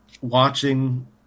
Watching